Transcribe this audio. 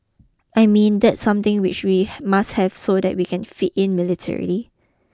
I mean that's something which we must have so that we can fit in military